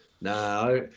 Nah